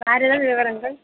வேறு ஏதாவது விவரங்கள்